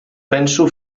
penso